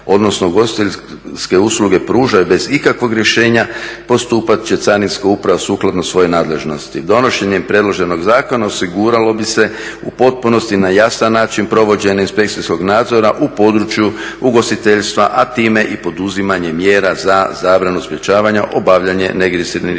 odnosno ugostiteljske usluge pružaju bez ikakvog rješenja postupat će carinska uprava sukladno svojoj nadležnosti. Donošenjem predloženog zakona osiguralo bi se u potpunosti na jasan način provođenje inspekcijskog nazora u području ugostiteljstva a time i poduzimanje mjera za zabranu sprječavanja obavljanja neregistrirane